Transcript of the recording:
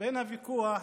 בוויכוח